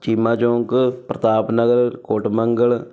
Cheema Chowk Pratap Nagar Kot Mangal